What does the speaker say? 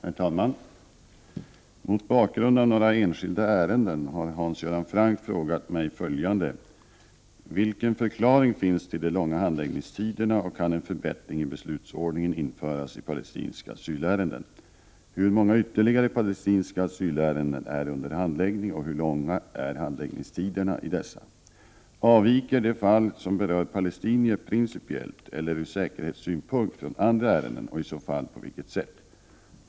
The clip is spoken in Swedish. Herr talman! Mot bakgrund av några enskilda ärenden har Hans Göran Franck frågat mig följande: Vilken förklaring finns till de långa handläggningstiderna, och kan en förbättring i beslutsordningen införas i palestinska asylärenden? Hur många ytterligare palestinska asylärenden är under handläggning, och hur långa är handläggningstiderna i dessa? Avviker de fall som berör palestinier principiellt eller ur säkerhetssynpunkt från andra ärenden och i så fall på vilket sätt?